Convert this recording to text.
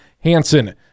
Hanson